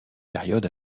période